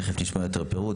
תכף תשמע יותר פירוט.